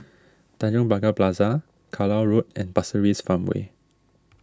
Tanjong Pagar Plaza Carlisle Road and Pasir Ris Farmway